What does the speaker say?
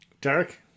Derek